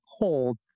cold